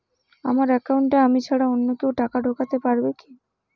আমার একাউন্টে আমি ছাড়া অন্য কেউ টাকা ঢোকাতে পারবে কি?